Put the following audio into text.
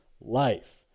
life